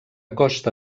costa